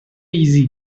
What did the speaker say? easy